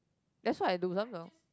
that's what I do Samsung